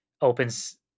opens